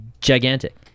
gigantic